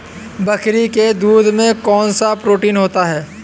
बकरी के दूध में कौनसा प्रोटीन होता है?